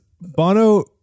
Bono